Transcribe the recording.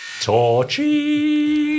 Torchy